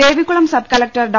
Devikulam sub collector Dr